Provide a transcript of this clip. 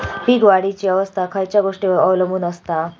पीक वाढीची अवस्था खयच्या गोष्टींवर अवलंबून असता?